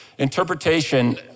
Interpretation